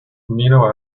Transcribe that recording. amino